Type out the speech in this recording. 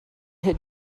had